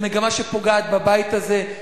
מגמה שפוגעת בבית הזה,